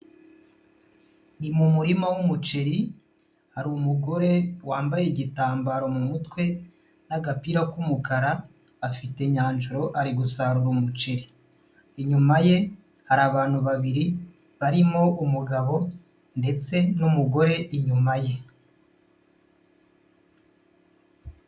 Ni mu murima w'umuceri, hari umugore wambaye igitambaro mu mutwe n'agapira k'umukara, afite nyanjaro ari gusarura umuceri. Inyuma ye hari abantu babiri ,barimo umugabo ndetse n'umugore inyuma ye.